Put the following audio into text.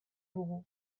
dugu